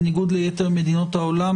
בניגוד ליתר מדינות העולם,